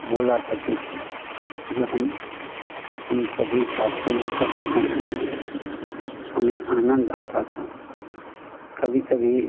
बोला करते थे जो हम हम सभी साथी मिलकर हँसते थे हमें आनंद आता था कभी कभी